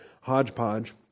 hodgepodge